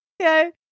Okay